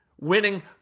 winning